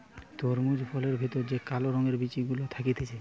তরমুজ ফলের ভেতর যে কালো রঙের বিচি গুলা থাকতিছে